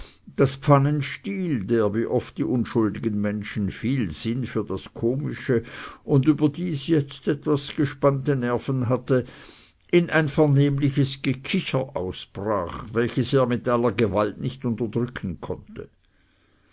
daß pfannenstiel der wie oft die unschuldigen menschen viel sinn für das komische und überdies jetzt etwas gespannte nerven hatte in ein vernehmliches gekicher ausbrach welches er mit aller gewalt nicht unterdrücken konnte